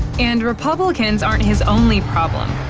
and republicans aren't his only problem.